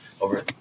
over